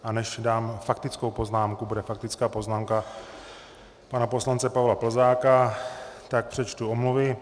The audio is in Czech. A než dám faktickou poznámku bude faktická poznámka pana poslance Pavla Plzáka tak přečtu omluvy.